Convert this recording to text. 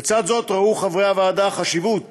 לצד זאת ראו חברי הוועדה חשיבות